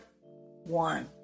one